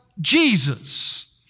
Jesus